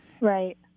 Right